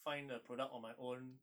find the product on my own